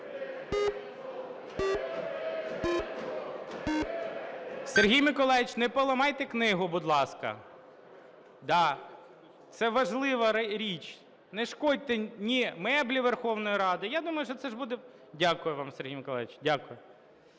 Сергій Миколайович, не поламайте книгу, будь ласка. Да, це важлива річ. Не шкодьте меблі Верховної Ради. Я думаю, що це ж буде… Дякую вам, Сергій Миколайович. Дякую.